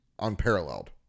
unparalleled